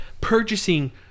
purchasing